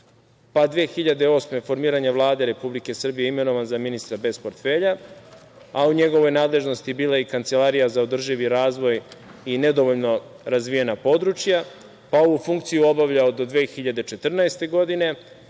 godine formiranje Vlade Republike Srbije imenovan za ministra bez portfelja, a u njegovoj nadležnosti je bila i Kancelarija za održivi razvoj i nedovoljno razvijena područja. Pa, je ovu funkciju obavljao do 2014. godine